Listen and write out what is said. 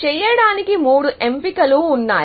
చేయడానికి మూడు ఎంపికలు ఉన్నాయి